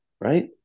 right